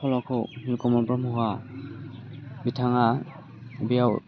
सल'खौ नीलकमल ब्रह्मआ बिथाङा बेयाव